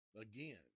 Again